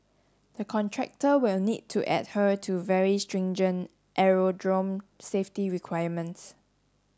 the contractor will need to adhere to very stringent aerodrome safety requirements